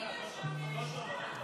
אני נרשמתי ראשונה.